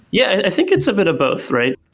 yeah, i think it's a bit of both, right?